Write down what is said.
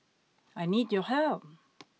I need your help